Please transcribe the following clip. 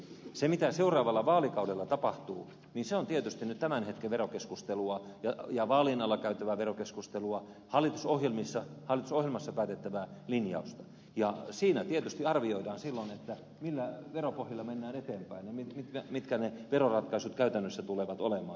se mitä seuraavalla vaalikaudella tapahtuu on tietysti nyt tämän hetken verokeskustelua ja vaalien alla käytävää verokeskustelua hallitusohjelmassa päätettävää linjausta ja siinä tietysti arvioidaan silloin millä veropohjalla mennään eteenpäin ja mitkä ne veroratkaisut käytännössä tulevat olemaan